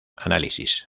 análisis